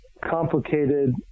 complicated